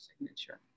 signature